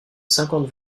cinquante